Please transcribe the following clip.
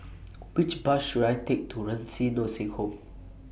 Which Bus should I Take to Renci Nursing Home